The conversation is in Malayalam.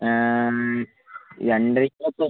രണ്ടരയ്ക്ക് ഓക്കെ